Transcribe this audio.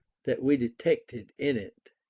that we detected in it.